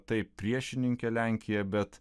taip priešininkė lenkija bet